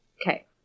Okay